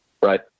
right